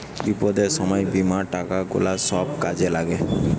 বিপদের সময় বীমার টাকা গুলা সব কাজে লাগে